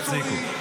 תפסיקו.